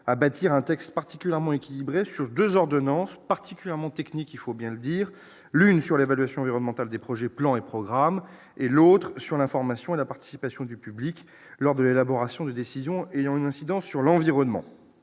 à bâtir un texte particulièrement équilibré sur 2 ordonnances particulièrement technique, il faut bien le dire, l'une sur l'évaluation environnementale des projets plans et programmes et l'autre sur l'information à la participation du public lors de l'élaboration des décisions ayant une incidence sur l'environnement